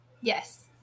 Yes